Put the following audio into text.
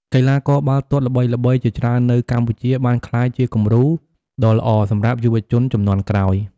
កីឡាករបាល់ទាត់ល្បីៗជាច្រើននៅកម្ពុជាបានក្លាយជាគំរូដ៏ល្អសម្រាប់យុវជនជំនាន់ក្រោយ។